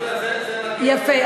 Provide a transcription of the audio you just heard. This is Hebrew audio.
מצוין, יפה.